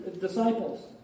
disciples